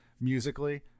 musically